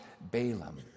Balaam